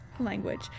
language